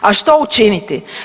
A što učiniti?